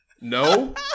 No